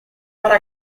para